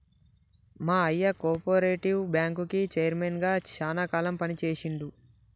మా అయ్య కోపరేటివ్ బ్యాంకుకి చైర్మన్ గా శానా కాలం పని చేశిండు